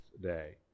day